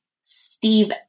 Steve